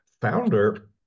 founder